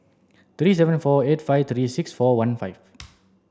three seven four eight five three six four one five